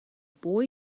boy